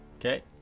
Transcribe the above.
Okay